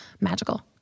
magical